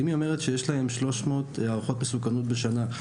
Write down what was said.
אם היא אומרת שיש להם 300 הערכות מסוכנות בשנה,